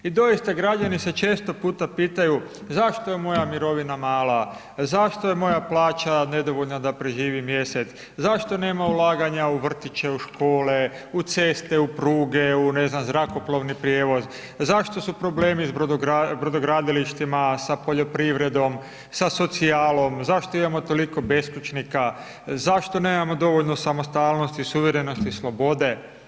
I doista građani se često puta pitaju zašto je moja mirovina mala, zašto je moja plaća nedovoljna da preživim mjesec, zašto nema ulaganja u vrtiće, u škole, u ceste, u pruge, u ne znam zrakoplovni prijevoz, zašto su problemi sa brodogradilištima, sa poljoprivredom, sa socijalom, zašto imamo toliko beskućnika, zašto nemamo dovoljno samostalnosti, suverenosti i slobode.